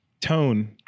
tone